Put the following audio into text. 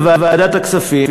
בוועדת הכספים,